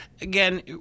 Again